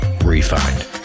refined